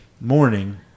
morning